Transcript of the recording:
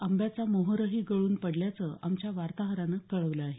आंब्याचा मोहोरही गळून पडल्याचं आमच्या वार्ताहरानं कळवलं आहे